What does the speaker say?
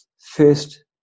first